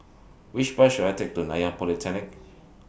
Which Bus should I Take to Nanyang Polytechnic